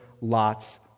Lot's